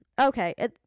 okay